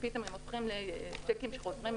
ופתאום הם הופכים לשיקים שחוזרים,